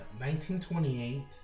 1928